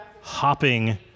hopping